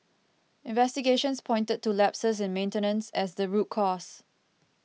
investigations pointed to lapses in maintenance as the root cause